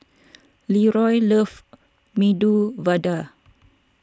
Leroy loves Medu Vada